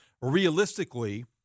Realistically